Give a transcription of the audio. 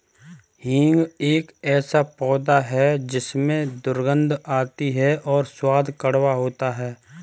हींग एक ऐसा पौधा है जिसमें दुर्गंध आती है और स्वाद कड़वा होता है